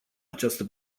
această